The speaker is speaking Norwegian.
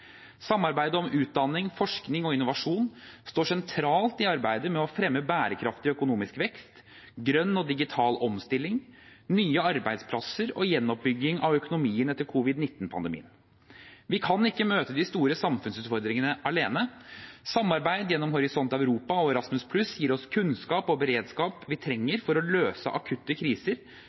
Samarbeidet om utdanning, forskning og innovasjon står sentralt i arbeidet med å fremme bærekraftig økonomisk vekst, grønn og digital omstilling, nye arbeidsplasser og gjenoppbygging av økonomien etter covid-19-pandemien. Vi kan ikke møte de store samfunnsutfordringene alene. Samarbeidet gjennom Horisont Europa og Erasmus+ gir oss kunnskap og beredskap vi trenger for å løse akutte kriser,